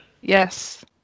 yes